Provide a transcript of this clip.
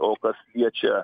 o kas liečia